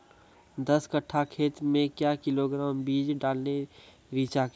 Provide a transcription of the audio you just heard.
दस कट्ठा खेत मे क्या किलोग्राम बीज डालने रिचा के?